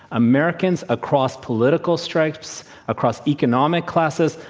americans across political stripes, across economic classes,